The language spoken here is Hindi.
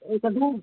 यह सब है